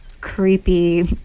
creepy